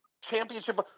Championship